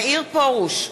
מאיר פרוש,